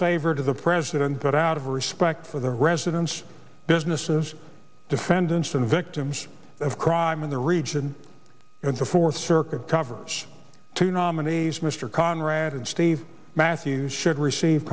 favor to the president but out of respect for the residents businesses defendants and victims of crime in the region and the fourth circuit covers two nominees mr conrad and steve matthews should receive